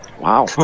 Wow